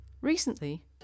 Recently